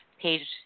page